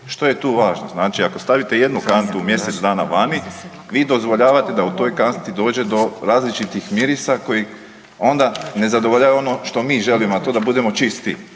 Što je tu važno? Znači ako stavite jednu kantu u mjesec dana vani vi dozvoljavate da u toj kanti dođe do različitih mirisa koji onda ne zadovoljavaju ono što mi želimo, a to je da budemo čisti,